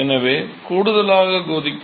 எனவே கூடுதலாக கொதிக்கும்